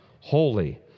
Holy